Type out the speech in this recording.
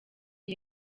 iyi